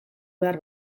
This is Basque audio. behar